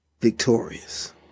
victorious